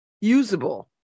usable